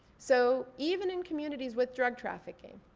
so even in communities with drug trafficking,